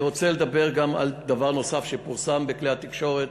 אני רוצה לדבר גם על דבר נוסף שפורסם בכלי התקשורת,